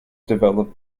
developed